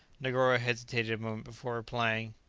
negoro hesitated a moment before replying.